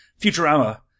Futurama